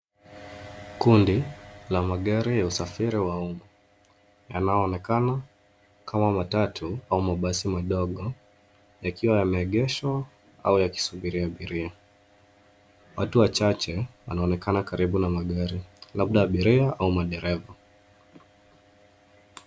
Kundi la magari ya usafiri wa umma yanaoonekana kama matatu au mabasi madogo, yakiwa yameegeshwa au yakisubiri abiria. Watu wachache wanaonekana karibu na magari labda abiria au madereva.